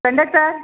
conductor